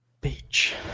Beach